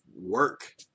work